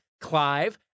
Clive